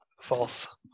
False